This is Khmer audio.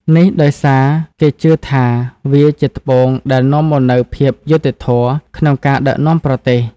នេះដោយសារគេជឿថាវាជាត្បូងដែលនាំមកនូវភាពយុត្តិធម៌ក្នុងការដឹកនាំប្រទេស។